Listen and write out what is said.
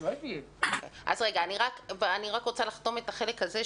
אני רק רוצה לחתום את החלק הזה.